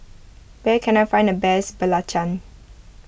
where can I find the best Belgian